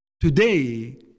today